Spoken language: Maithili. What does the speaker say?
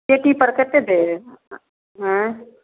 पेटीपर कतेक देब अँए